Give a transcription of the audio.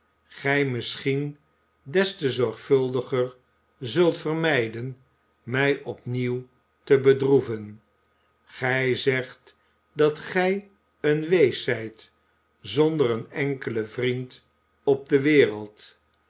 gij misschien des te zorgvuldiger zult vermijden mij opnieuw te bedroeven gij zegt dat gij een wees zijt zonder een enkelen vriend op de wereld